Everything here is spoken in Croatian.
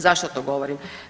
Zašto to govorim?